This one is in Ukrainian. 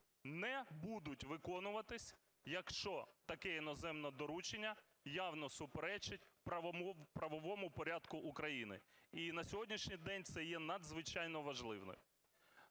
не будуть виконуватись, якщо таке іноземне доручення явно суперечить правовому порядку України. І на сьогоднішній день це є надзвичайно важливим.